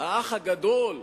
האח הגדול?